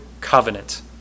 covenant